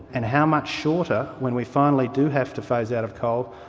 and how much shorter, when we finally do have to phase out of coal,